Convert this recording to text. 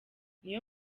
niyo